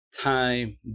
time